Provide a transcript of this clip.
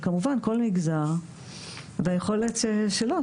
וכמובן כל מגזר והיכולת שלו,